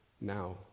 Now